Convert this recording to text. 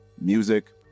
music